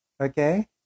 okay